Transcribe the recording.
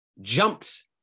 jumped